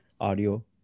audio